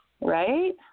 Right